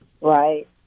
right